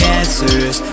answers